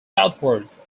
southwards